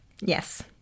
Yes